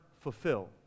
fulfill